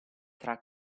tra